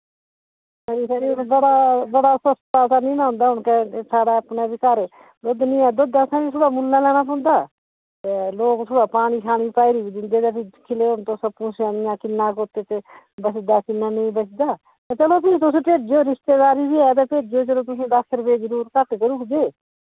खरी खरी बड़ा बड़ा सस्ता तां नि ना होंदा हू'न के साढ़ा अपना वी घर दुध्द नी ऐ दुध्द असैं बी थोह्ड़ा मुल्लैं लैना पौंदा ते लोक थोह्ड़ा पानी शानी भरी दिंदे ते फ्ही दिक्खी लियो हू'न तुस आप्पू स्यानियां किन्ना क उत् च चलो फ्ही तुस भेजेयो रिश्तेदारी बी ऐ ते भेजेयो चलो तुसें दस रपे जरूर घट करूड़गे